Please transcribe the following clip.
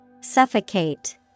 Suffocate